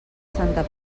santa